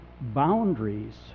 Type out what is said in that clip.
boundaries